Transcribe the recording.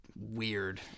weird